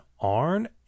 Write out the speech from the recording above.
Arn